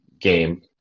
game